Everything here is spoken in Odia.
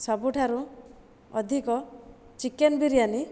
ସବୁଠାରୁ ଅଧିକ ଚିକେନ୍ ବିରିୟାନୀ